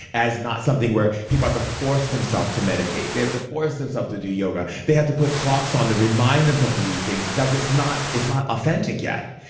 as not something where people have to force themselves to meditate? they have to force themselves to do yoga. they have to put clocks on to remind themselves to do these things, because it's not it's not authentic yet.